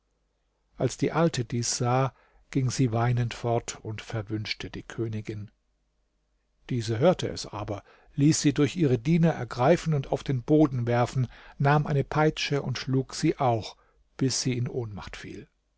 als die alte dies sah ging sie weinend fort und verwünschte die königin diese hörte es aber ließ sie durch ihre diener ergreifen und auf den boden werfen nahm eine peitsche und schlug sie auch bis die in ohnmacht fiel